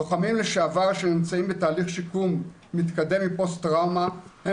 לוחמים לשעבר שנמצאים בתהליך שיקום מתקדם עם פוסט טראומה הם